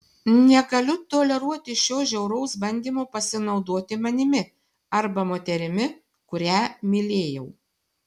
negaliu toleruoti šio žiauraus bandymo pasinaudoti manimi arba moterimi kurią mylėjau